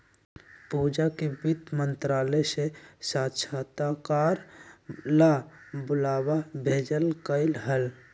पूजा के वित्त मंत्रालय से साक्षात्कार ला बुलावा भेजल कई हल